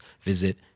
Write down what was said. visit